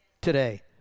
today